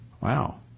Wow